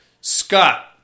Scott